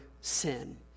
sin